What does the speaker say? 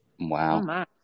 Wow